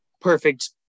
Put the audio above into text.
perfect